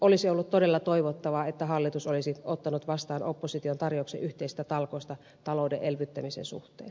olisi ollut todella toivottavaa että hallitus olisi ottanut vastaan opposition tarjouksen yhteisistä talkoista talouden elvyttämisen suhteen